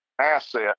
asset